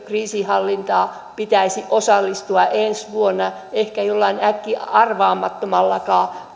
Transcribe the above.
kriisinhallintaan pitäisi osallistua ensi vuonna ehkä jollain äkkiarvaamattomallakin